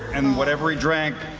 and whatever he drank